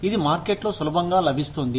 ఇది మార్కెట్లో సులభంగా లభిస్తుంది